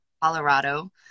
colorado